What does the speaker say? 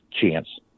chance